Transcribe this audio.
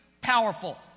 powerful